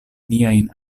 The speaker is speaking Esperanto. niajn